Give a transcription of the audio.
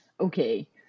Okay